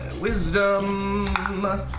wisdom